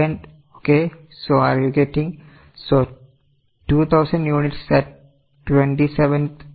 So 2000 units at 27th and 2900 purchased on 22nd